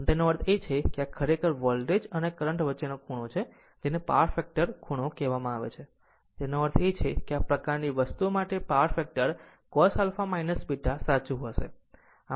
આમ તેનો અર્થ એ કે આ ખરેખર વોલ્ટેજ અને કરંટ વચ્ચેનો ખૂણો છે જેને પાવર ફેક્ટર ખૂણો કહેવામાં આવે છે તેનો અર્થ એ કે આ પ્રકારની વસ્તુ માટે પાવર ફેક્ટર cos α β સાચું હશે